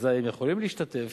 אזי הם יכולים להשתתף